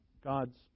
God's